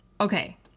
okay